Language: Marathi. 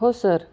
हो सर